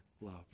love